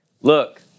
Look